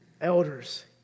Elders